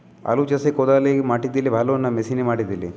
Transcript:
আলু চাষে কদালে মাটি দিলে ভালো না মেশিনে মাটি দিলে?